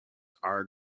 are